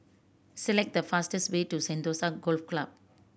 select the fastest way to Sentosa Golf Club